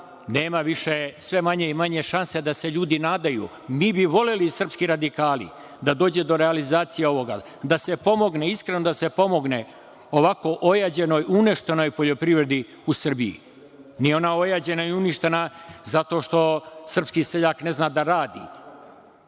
Sve je manje i manje šanse da se ljudi nadaju. Mi bi voleli, srpski radikali, da dođe do realizacije ovoga, da se pomogne, iskreno, da se pomogne ovako ojađenoj, uništenoj poljoprivredi u Srbiji. Nije ona ojađena i uništena zato što srpski seljak ne zna da radi